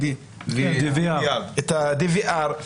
DVR. את ה-DVR,